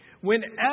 whenever